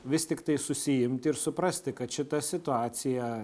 vis tiktai susiimti ir suprasti kad šita situacija